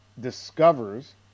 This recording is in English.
discovers